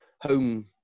Home